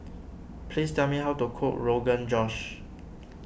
please tell me how to cook Rogan Josh